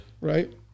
Right